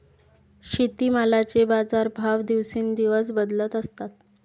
शेतीमालाचे बाजारभाव दिवसेंदिवस बदलत असतात